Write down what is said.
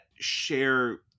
share